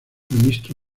ministro